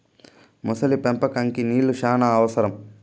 మొసలి పెంపకంకి నీళ్లు శ్యానా అవసరం